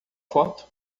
foto